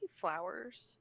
flowers